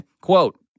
Quote